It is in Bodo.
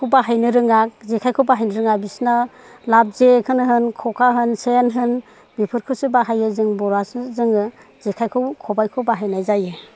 बाहायनो रोङा जेखाइखौ बाहायनो रोङा बिसोरना लाब जेखौनो होन ख'खा होन सेन होन बेफोरखौसो बाहायो जों बर'आसो जों जेखाइखौ खबाइखौ बाहायनाय जायो